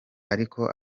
ariko